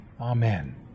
Amen